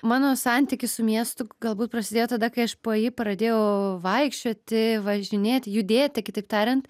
mano santykis su miestu galbūt prasidėjo tada kai aš po jį pradėjau vaikščioti važinėt judėti kitaip tariant